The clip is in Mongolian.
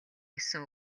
гэсэн